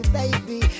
baby